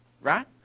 right